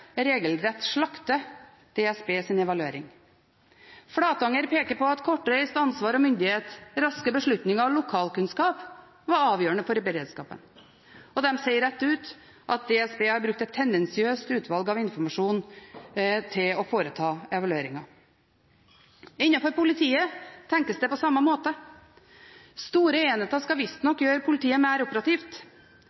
regelrett slakter DSBs evaluering. Flatanger peker på at kortreist ansvar og kortreist myndighet, raske beslutninger og lokalkunnskap var avgjørende for beredskapen. De sier rett ut at DSB har brukt et tendensiøst utvalg av informasjon til å foreta evalueringen. Innenfor politiet tenkes det på samme måte. Store enheter skal